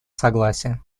согласия